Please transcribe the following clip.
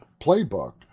playbook